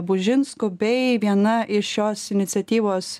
bužinsku bei viena iš šios iniciatyvos